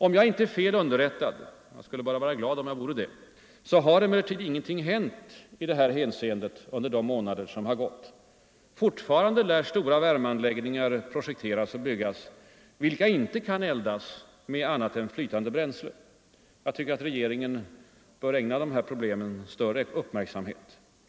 Om jag inte är fel underrättad — jag skulle bara vara glad om jag vore det — har emellertid ingenting hänt i det här hänseendet under de månader som gått. Fortfarande lär stora värmeanläggningar projekteras och byggas vilka inte kan eldas med annat än flytande bränsle. Jag tycker att regeringen bör ägna dessa problem större uppmärksamhet.